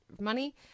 money